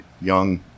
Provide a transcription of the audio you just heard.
young